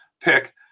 pick